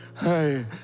hey